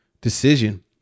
decision